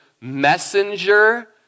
messenger